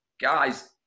Guys